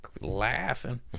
laughing